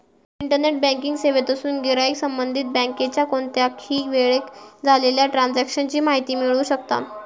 internet banking सेवेतसून गिराईक संबंधित बँकेच्या कोणत्याही वेळेक झालेल्या ट्रांजेक्शन ची माहिती मिळवू शकता